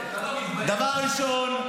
דבר ראשון,